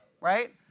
right